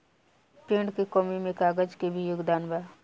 पेड़ के कमी में कागज के भी योगदान बा